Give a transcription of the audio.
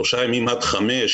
שלושה ימים עד חמש,